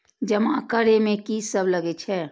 जमा करे में की सब लगे छै?